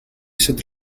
should